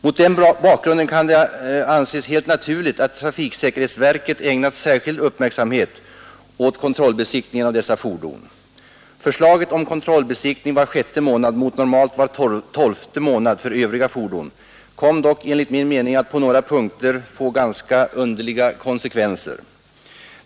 Mot den bakgrunden kan det anses helt naturligt att trafiksäkerhetsverket ägnat särskild uppmärksamhet åt kontrollbesiktningen av dessa fordon. Förslaget om kontrollbesiktning var sjätte månad mot normalt var tolfte månad för övriga fordon kom dock enligt min mening att på några Punkter få ganska underliga konsekvenser.